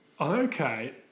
Okay